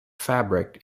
fabric